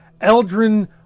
Eldrin